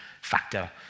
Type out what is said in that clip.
factor